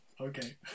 Okay